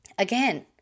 Again